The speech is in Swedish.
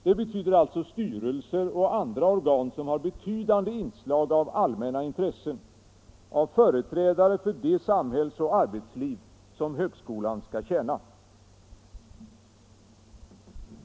Det betyder alltså styrelser och andra organ som har betydande inslag av allmänna intressen, av företrädare för det samhällsoch arbetsliv som högskolan skall tjäna.